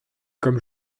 comme